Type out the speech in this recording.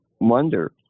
wonder